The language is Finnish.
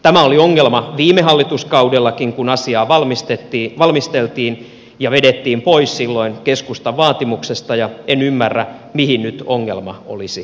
tämä oli ongelma viime hallituskaudellakin kun asiaa valmisteltiin ja vedettiin pois silloin keskustan vaatimuksesta ja en ymmärrä mihin nyt ongelma olisi kadonnut